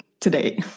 today